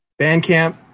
Bandcamp